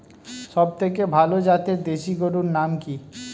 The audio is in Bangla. সবথেকে ভালো জাতের দেশি গরুর নাম কি?